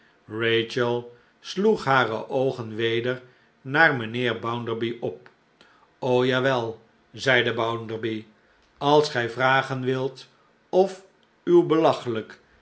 sloeg hare oogen weder naar mijnheer bounderby op jawel zeide bounderby als gij vragen wilt of uw belachelijk